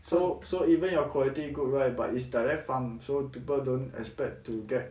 so so even your quality good right but its direct farm so people don't expect to get